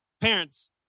Parents